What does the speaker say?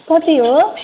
कति हो